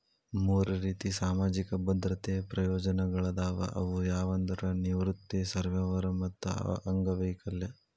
ಮೂರ್ ರೇತಿ ಸಾಮಾಜಿಕ ಭದ್ರತೆ ಪ್ರಯೋಜನಗಳಾದವ ಅವು ಯಾವಂದ್ರ ನಿವೃತ್ತಿ ಸರ್ವ್ಯವರ್ ಮತ್ತ ಅಂಗವೈಕಲ್ಯ